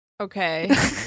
Okay